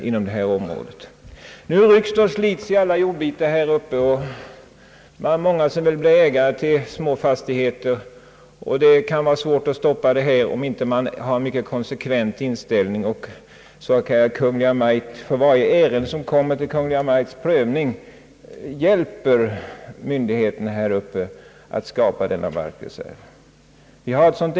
Det rycks och slits i alla jordbitar, och det finns många som vill bli ägare till små fastigheter. Det är svårt att stoppa en utveckling i den riktningen, om den inte möts av en konsekvent inställning. Det fordras att Kungl. Maj:t i varje ärende som .kommer till prövning hjälper myndigheterna i länet att skapa en markreserv.